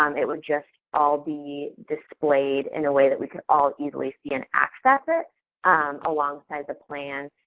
um it would just all be displayed in a way that we could all easily see and access it alongside the plan.